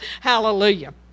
Hallelujah